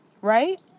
right